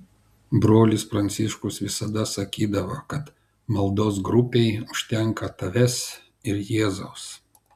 brolis pranciškus visada sakydavo kad maldos grupei užtenka tavęs ir jėzaus